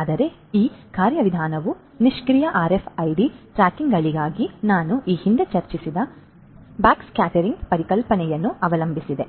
ಆದರೆ ಈ ಕಾರ್ಯವಿಧಾನವು ನಿಷ್ಕ್ರಿಯ ಆರ್ಎಫ್ಐಡಿ ಟ್ಯಾಗ್ಗಳಿಗಾಗಿ ನಾನು ಈ ಹಿಂದೆ ಚರ್ಚಿಸಿದ ಬ್ಯಾಕ್ಸ್ಕ್ಯಾಟರಿಂಗ್ ಪರಿಕಲ್ಪನೆಯನ್ನು ಅವಲಂಬಿಸಿದೆ